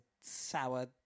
sour